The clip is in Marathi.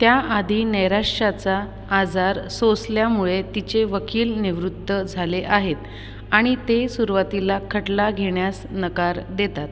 त्याआधी नैराश्याचा आजार सोसल्यामुळे तिचे वकील निवृत्त झाले आहेत आणि ते सुरवातीला खटला घेण्यास नकार देतात